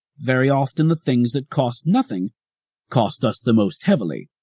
very often the things that cost nothing cost us the most heavily.